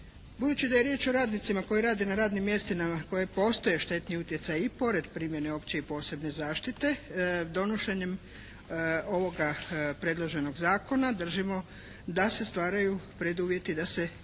Budući da je riječ o radnicima koji rade na radnim mjestima na kojem postoje štetni utjecaji i pored primjene opće i posebne zaštite donošenjem ovoga predloženog zakona držimo da se stvaraju preduvjeti da se očuva